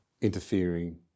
interfering